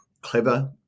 clever